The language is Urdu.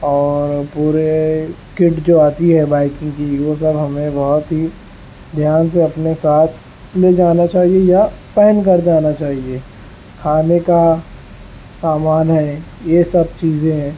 اور پورے کٹ جو آتی ہے بائکنگ کی وہ سب ہمیں بہت ہی دھیان سے اپنے ساتھ لے جانا چاہیے یا پہن کر جانا چاہیے کھانے کا سامان ہے یہ سب چیزیں ہیں